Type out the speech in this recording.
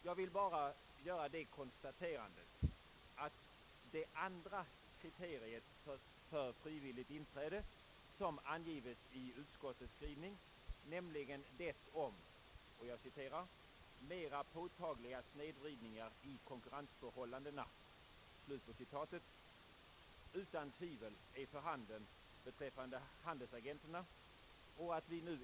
Jag vill bara konstatera att det andra kriteriet för frivilligt inträde som angives i utskottets skrivning, nämligen »mera påtagliga snedvridningar i konkurrensförhållandena», utan tvivel är för handen beträffande handlesagenterna.